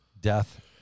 death